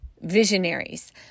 visionaries